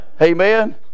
Amen